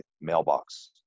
mailbox